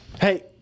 Hey